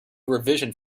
revision